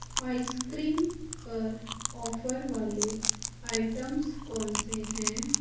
ice cream पर offer वाले items कौन से हैं